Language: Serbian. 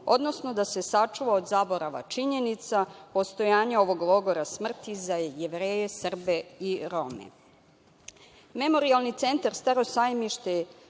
odnosno da se sačuva od zaborava činjenica postojanja ovog logora smrti za Jevreje, Srbe i